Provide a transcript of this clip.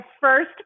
first